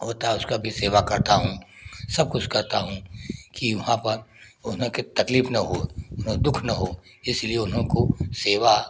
होता है उसका भी सेवा करता हूँ सब कुछ करता हूँ कि वहाँ पर उन्हें के तकलीफ़ न होए उन्हें दुःख न हो इसलिए उन्हों को सेवा